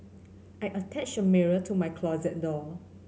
I attached a mirror to my closet door